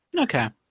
Okay